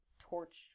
torch